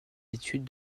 études